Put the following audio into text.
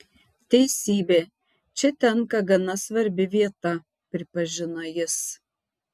teisybė čia tenka gana svarbi vieta pripažino jis